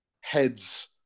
heads